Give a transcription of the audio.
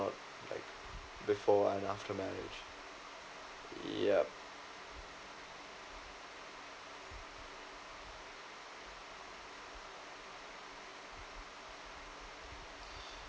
like before and after marriage yep